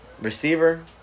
Receiver